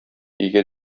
өйгә